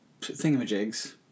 thingamajigs